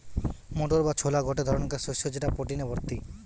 motor বা ছোলা গটে ধরণকার শস্য যেটা প্রটিনে ভর্তি